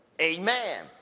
Amen